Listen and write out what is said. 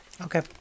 Okay